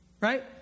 Right